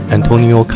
Antonio